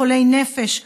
חולי נפש,